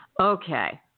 okay